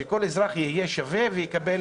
שכל אזרח יהיה שווה ויקבל